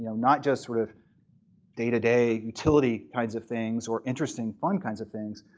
you know not just sort of day to day utility kinds of things or interesting fun kinds of things,